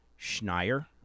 Schneier